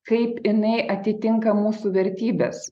kaip jinai atitinka mūsų vertybes